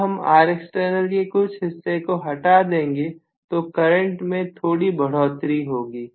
जब हम Rext के कुछ हिस्से को हटा देंगे तो करंट में थोड़ी बढ़ोतरी होगी